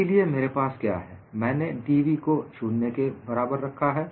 इसीलिए मेरे पास क्या है मैंने dv को 0 के बराबर रखा है